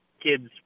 kids